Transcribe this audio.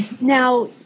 Now